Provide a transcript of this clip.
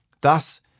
Thus